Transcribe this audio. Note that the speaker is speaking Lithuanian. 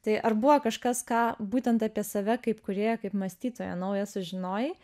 tai ar buvo kažkas ką būtent apie save kaip kūrėją kaip mąstytoją naują sužinojai